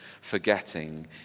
forgetting